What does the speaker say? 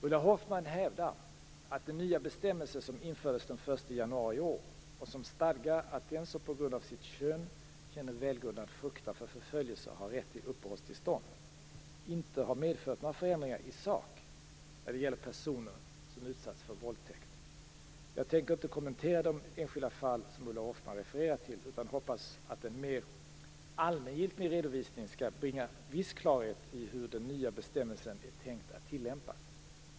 Ulla Hoffmann hävdar att den nya bestämmelse som infördes den 1 januari i år, och som stadgar att den som på grund av sitt kön känner välgrundad fruktan för förföljelse har rätt till uppehållstillstånd, inte har medfört några förändringar i sak när det gäller personer som utsatts för våldtäkt. Jag tänker inte kommentera de enskilda fall som Ulla Hoffmann refererar till, utan hoppas att en mer allmängiltig redovisning skall bringa viss klarhet i hur den nya bestämmelsen är tänkt att tillämpas.